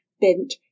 bent